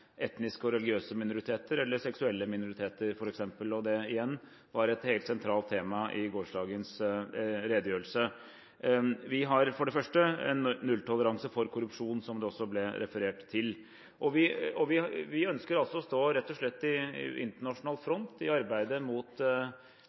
etniske og religiøse minoriteter, eller f.eks. seksuelle minoriteter. Det igjen var et helt sentralt tema i gårsdagens redegjørelse. Vi har for det første nulltoleranse for korrupsjon, som det også ble referert til. Vi ønsker altså rett og slett å stå i internasjonal front i